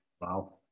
Wow